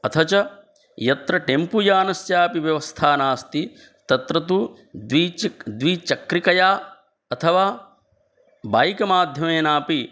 अथ च यत्र टेम्पुयानस्यापि व्यवस्था नास्ति तत्र तु द्विच द्विचक्रिकया अथवा बैक् माध्यमेनापि